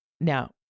Now